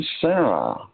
Sarah